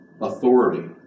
authority